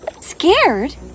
Scared